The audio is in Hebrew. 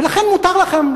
ולכן מותר לכם,